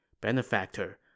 Benefactor